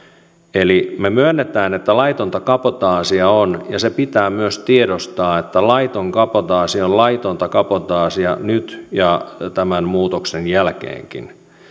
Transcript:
eli me myönnämme että laitonta kabotaasia on ja pitää myös tiedostaa että laiton kabotaasi on laitonta kabotaasia nyt ja tämän muutoksen jälkeenkin